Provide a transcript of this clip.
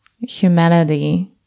humanity